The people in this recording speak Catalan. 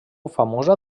famosa